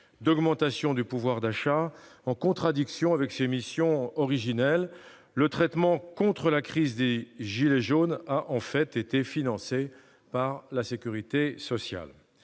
d'augmentation du pouvoir d'achat, en contradiction avec ses missions originelles. Le traitement de la crise des « gilets jaunes » a en fait été financé par la sécurité sociale.